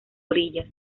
orillas